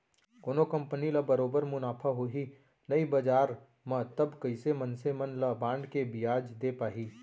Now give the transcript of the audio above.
कोनो कंपनी ल बरोबर मुनाफा होही नइ बजार म तब कइसे मनसे मन ल बांड के बियाज दे पाही